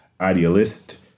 idealist